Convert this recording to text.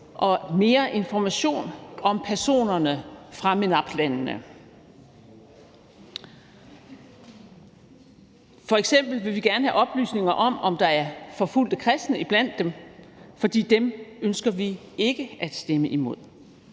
og mere information om personerne fra MENAPT-landene, f.eks. vil vi gerne have oplysninger om, om der er forfulgte kristne iblandt dem, for dem ønsker vi ikke at stemme imod.